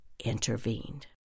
intervened